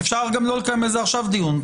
אפשר גם לא לקיים על זה עכשיו דיון.